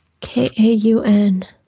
K-A-U-N